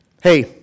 Hey